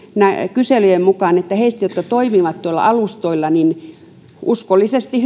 kyselyjen mukaan heistä jotka toimivat tuolla alustoilla uskollisesti